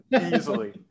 Easily